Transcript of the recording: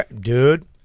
Dude